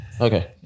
Okay